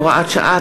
הוראת שעה),